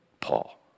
Paul